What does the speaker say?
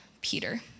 Peter